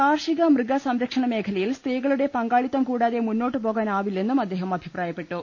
കാർഷിക മൃഗസംരക്ഷണമേഖലയിൽ സ്ത്രീകളൂടെ പങ്കാളിത്തം കൂടാതെ മുന്നോട്ടു പോകാനാവില്ലെന്നും അദ്ദേഹം അഭിപ്രായപ്പെ ട്ടു